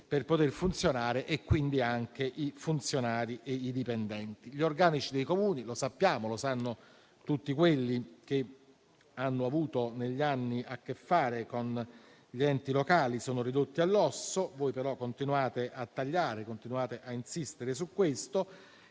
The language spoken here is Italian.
per funzionare (quindi anche i funzionari e i dipendenti). Gli organici dei Comuni - lo sappiamo e lo sanno tutti coloro che negli anni hanno avuto a che fare con gli enti locali - sono ridotti all'osso, ma voi continuate a tagliare e continuate a insistere su questo.